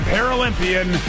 Paralympian